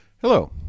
Hello